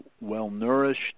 well-nourished